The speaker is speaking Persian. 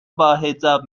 باحجاب